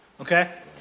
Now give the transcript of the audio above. Okay